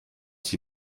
sie